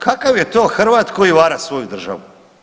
Kakav je to Hrvat koji vara svoju državu?